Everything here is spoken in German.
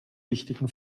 wichtigen